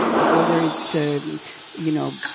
whether it's, so and you know,